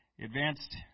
Advanced